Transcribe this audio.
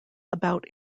about